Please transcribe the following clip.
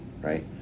right